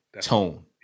Tone